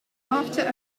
after